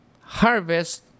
harvest